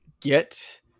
get